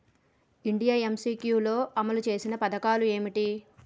India MCQ లో అమలు చేసిన పథకాలు ఏమిటి?